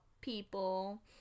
people